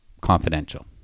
confidential